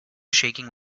shaking